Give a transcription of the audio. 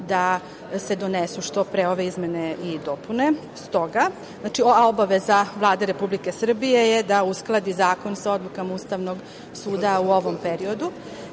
da se donesu što pre ove izmene i dopune. Obaveza Vlade Republike Srbije je da uskladi zakona sa odlukama Ustavnog suda u ovom periodu. Kada